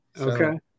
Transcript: okay